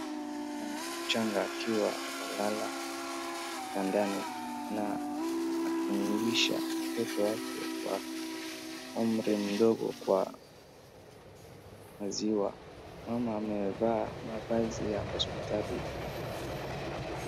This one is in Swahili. Mama mchanga akiwa amelala akimlisha mtoto wake wa umri mdogo kwa maziwa. Mama amevaa mavazi ya hospitali.